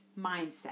mindset